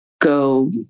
go